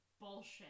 Bullshit